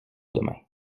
demain